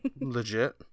Legit